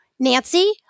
Nancy